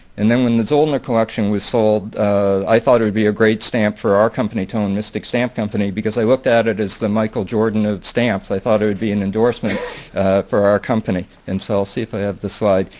and then when the zollner collection was sold i thought it would be a great stamp for our company to own, mystic stamp company, because i looked at it as the michael jordan of stamps. i thought it would be an endorsement for our company and so i'll see if i have the slide.